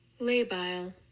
Labile